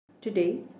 Today